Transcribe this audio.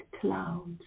clouds